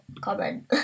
comment